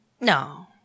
No